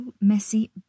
messy